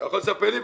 אתה יכול לספר לי,